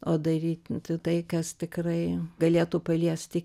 o daryti tai kas tikrai galėtų paliesti